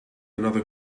another